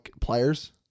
pliers